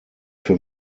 für